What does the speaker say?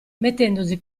mettendosi